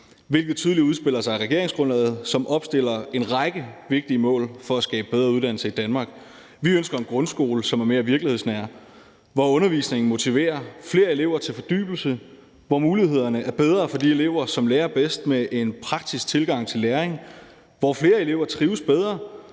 hvilket tydeligt udspiller sig i regeringsgrundlaget, som opstiller en række vigtige mål for at skabe bedre uddannelser i Danmark. Vi ønsker en grundskole, som er mere virkelighedsnær, hvor undervisningen motiverer flere elever til fordybelse, hvor mulighederne er bedre for de elever, som lærer bedst med en praktisk tilgang til læring, hvor flere elever trives bedre,